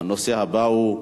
הנושא הבא הוא: